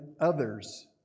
others